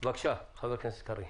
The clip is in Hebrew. בבקשה, חבר הכנסת קרעי.